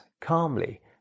calmly